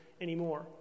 anymore